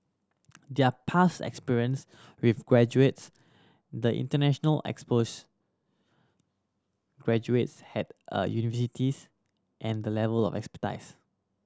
their past experience with graduates the international exposure graduates had at the universities and the level of expertise